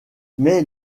mais